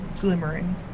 glimmering